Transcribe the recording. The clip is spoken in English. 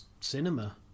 cinema